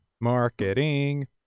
marketing